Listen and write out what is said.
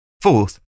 Fourth